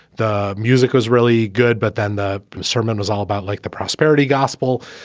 the music was really good. but then the sermon was all about like the prosperity gospel.